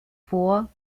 vor